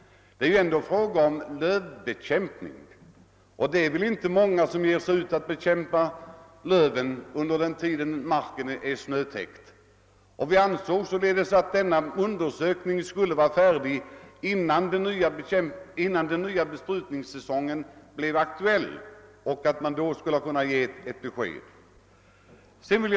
Det är ändå fråga om lövbekämpning, och det torde inte vara många som går ut för att bekämpa löv under den tid när marken är snötäckt. Vi ansåg således att den berörda utredningen borde vara färdig till den kommande besprutningssäsongen, så att vi inför denna skulle kunna lämna ett besked i frågan.